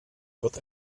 wird